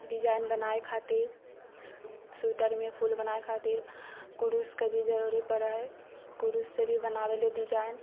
design बनाइ खातिर स्वेटरमे फूल बनाइ खातिर कुरुसके भी जरूरी पड़ै हैय कुरुस सँ भी बनाबे लऽ डिजाइन